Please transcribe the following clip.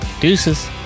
Deuces